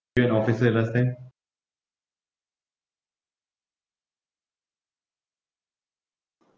you're an officer last time